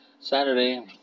Saturday